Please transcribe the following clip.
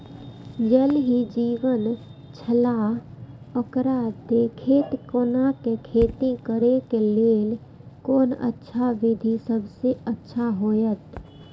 ज़ल ही जीवन छलाह ओकरा देखैत कोना के खेती करे के लेल कोन अच्छा विधि सबसँ अच्छा होयत?